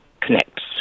connects